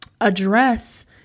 address